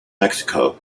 mexico